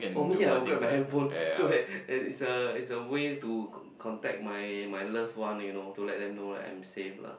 for me I will grab my hand phone so that is a is a way to contact my my loved one you know to let them know like I'm safe lah